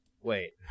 wait